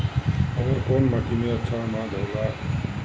अवर कौन माटी मे अच्छा आनाज होला?